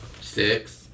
Six